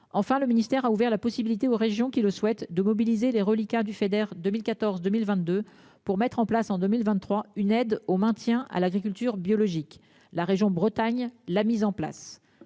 Enfin, le ministère a ouvert la possibilité aux régions qui le souhaitent de mobiliser les reliquats du Feder 2014 2022 pour mettre en place en 2023 une aide au maintien à l'agriculture biologique. La région Bretagne. La mise en place